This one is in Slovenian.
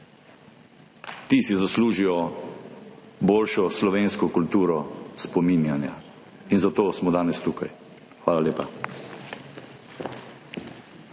Ti si zaslužijo boljšo slovensko kulturo spominjanja. In zato smo danes tukaj. Hvala lepa.